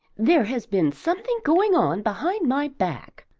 there has been something going on behind my back.